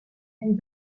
and